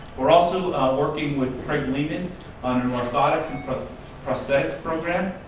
we're also working with craig lehman on an orthotics and but prosthetics program.